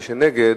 מי שנגד,